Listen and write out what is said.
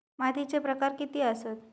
मातीचे प्रकार किती आसत?